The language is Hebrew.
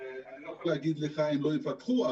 אני לא יכול להגיד לך אם לא ייפתחו,